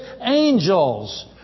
angels